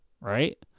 right